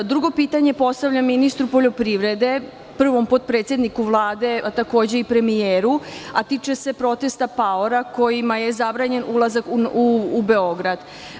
Drugo pitanje postavljam ministru poljoprivrede, prvom potpredsedniku Vlade, takođe i premijeru, a tiče se protesta paora kojima je zabranjen ulazak u Beograd.